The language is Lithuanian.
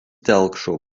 telkšo